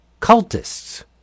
cultists